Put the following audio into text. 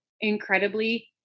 incredibly